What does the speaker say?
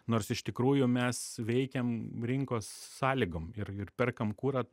nors iš tikrųjų mes veikiam rinkos sąlygom ir ir perkam kurą